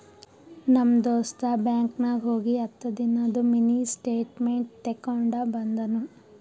ನಮ್ ದೋಸ್ತ ಬ್ಯಾಂಕ್ ನಾಗ್ ಹೋಗಿ ಹತ್ತ ದಿನಾದು ಮಿನಿ ಸ್ಟೇಟ್ಮೆಂಟ್ ತೇಕೊಂಡ ಬಂದುನು